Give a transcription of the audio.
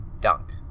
dunk